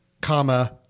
comma